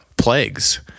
plagues